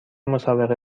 مسابقه